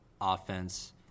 offense